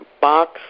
box